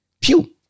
Pew